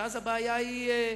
ואז הבעיה היא,